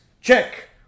check